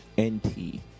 NT